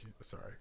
Sorry